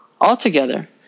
Altogether